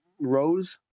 rows